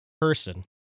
person